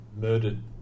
murdered